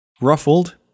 ruffled